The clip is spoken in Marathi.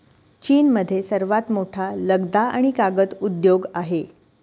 चीनमध्ये सर्वात मोठा लगदा आणि कागद उद्योग आहे